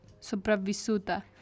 Sopravvissuta